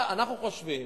אנחנו חושבים